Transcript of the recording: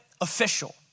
official